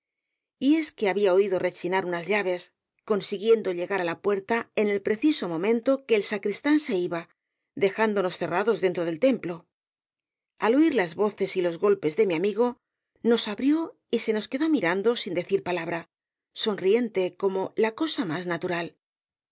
y es que había oído rechinar unas llaves consiguiendo llegar á la puerta en el preciso momento que el sacristán se iba dejándonos cerrados dentro del templo al oir las voces y los golpes de mi amigo nos abrió y se nos quedó mirando sin decir palabra sonriente como la cosa más natural